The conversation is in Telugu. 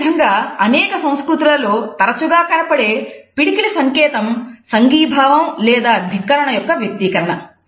అదేవిధంగా అనేక సంస్కృతులలో తరచుగా కనపడే పిడికిలి సంకేతం సంఘీభావం లేదా ధిక్కరణ యొక్క వ్యక్తీకరణ